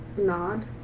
nod